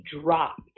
dropped